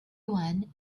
one